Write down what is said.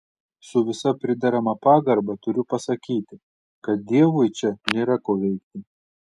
su visa priderama pagarba turiu pasakyti kad dievui čia nėra ko veikti